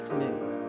News